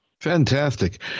Fantastic